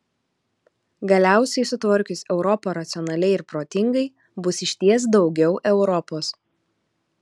galiausiai sutvarkius europą racionaliai ir protingai bus išties daugiau europos